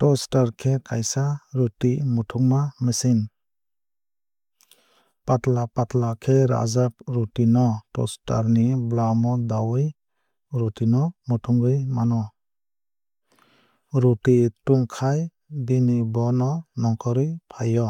Toaster khe kaisa roti muthungma machine. Patla patla khe rajak roti no toaster ni bwlam dawui roti no muthungwui mano. Roti tungkhai bini bo no nongkhorwui fai o.